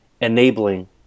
enabling